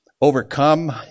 overcome